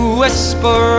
whisper